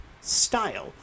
style